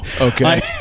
Okay